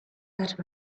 that